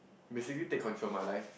basically take control of my life